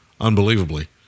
unbelievably